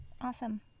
awesome